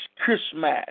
Christmas